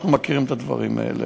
אנחנו מכירים את הדברים האלה.